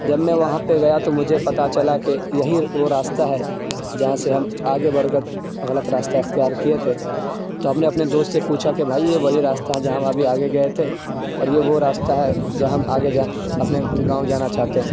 جب میں وہاں پہ گیا تو مجھے پتہ چلا کہ یہی وہ راستہ ہے جہاں سے ہم آگے بڑھ کر غلط راستہ اختیار کیے تھے تو ہم نے اپنے دوست سے پوچھا کہ بھائی یہ وہی راستہ ہے جہاں ہم ابھی آگے گئے تھے اور یہ وہ راستہ ہے جہاں ہم آگے جا اپنے گاؤں جانا چاہتے ہیں